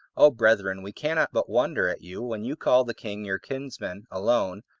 o brethren, we cannot but wonder at you when you call the king your kinsman alone,